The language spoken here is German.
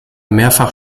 mehrfach